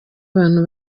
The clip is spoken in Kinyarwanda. abantu